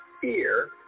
fear